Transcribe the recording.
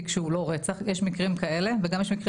כי זה מתחיל בבית וזה מתחיל בין בני הזוג וזה מתחיל